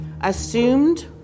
assumed